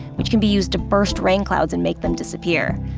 which can be used to burst rain clouds and make them disappear.